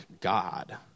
God